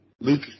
Luke